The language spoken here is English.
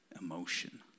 emotion